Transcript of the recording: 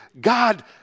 God